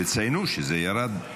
תציינו שזה ירד.